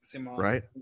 Right